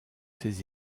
ses